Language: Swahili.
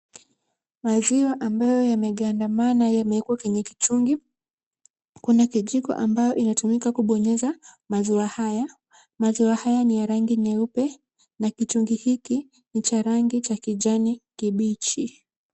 Maziwa ambayo yamegandamana yamewekwa kwenye kichungi. Kuna kijiko ambayo kinatumika kubonyeza maziwa haya. Maziwa haya ni ya rangi nyeupe, na kichungi hiki ni cha rangi cha kijani kibichi.